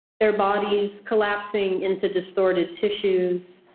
their bodies collapsing into distorted tissues.